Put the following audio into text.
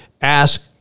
ask